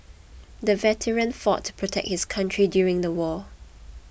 the veteran fought to protect his country during the war